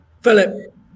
Philip